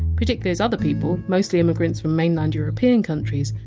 particularly as other people, mostly immigrants from mainland european countries,